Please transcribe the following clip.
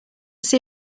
see